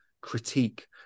critique